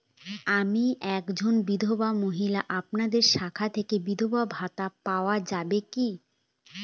আমি একজন বিধবা মহিলা আপনাদের শাখা থেকে বিধবা ভাতা পাওয়া যায় কি?